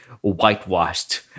whitewashed